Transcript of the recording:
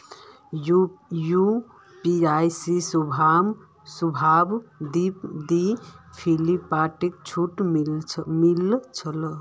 UPI से शोभा दी फिलिपकार्टत छूट मिले छे